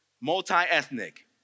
Multi-ethnic